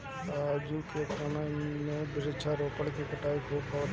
आजू के समय में वृक्ष के कटाई खूब होखत हअ